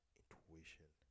intuition